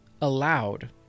allowed